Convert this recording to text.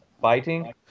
Biting